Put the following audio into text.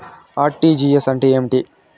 RTGS అంటే ఏమి